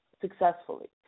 successfully